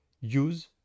use